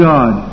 God